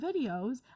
videos